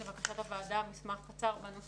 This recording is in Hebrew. לבקשת הוועדה הכנו מסמך קצר בנושא.